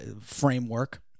framework